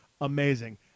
amazing